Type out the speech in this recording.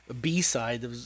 B-side